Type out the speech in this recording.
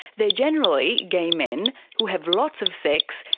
they're generally gay men, who have lots of sex,